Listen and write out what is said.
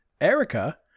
erica